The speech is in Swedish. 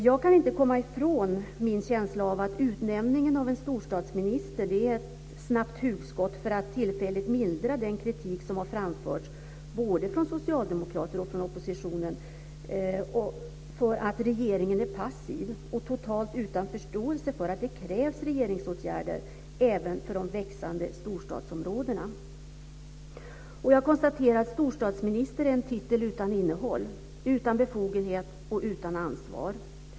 Jag kan inte komma ifrån min känsla av att utnämningen av en storstadsminister är ett snabbt hugskott för att tillfälligt mildra den kritik som har framförts både från socialdemokrater och från oppositionen att regeringen är passiv och totalt utan förståelse för att det krävs regeringsåtgärder även för de växande storstadsområdena. Jag konstaterar att storstadsminister är en titel utan innehåll, utan befogenhet och utan ansvar.